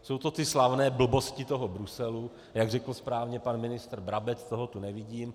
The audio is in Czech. Jsou to ty slavné blbosti toho Bruselu, jak řekl správně pan ministr Brabec toho tu nevidím.